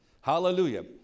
Hallelujah